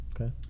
Okay